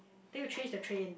then you change the trian